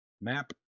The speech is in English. map